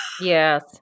Yes